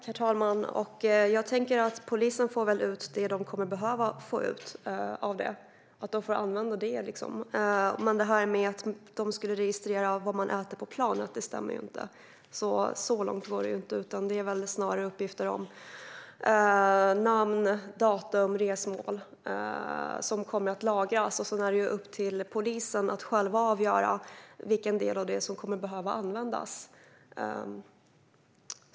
Herr talman! Jag tänker att polisen väl får ut det som man kommer att behöva få ut av det. De får liksom använda det. Men det här med att de skulle registrera vad man äter på planet stämmer inte. Så långt går det inte, utan det är väl snarare uppgifter om namn, datum och resmål som kommer att lagras. Sedan är det upp till polisen att själv avgöra vad av det som kommer att behöva användas.